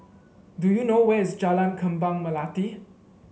do you know where is Jalan Kembang Melati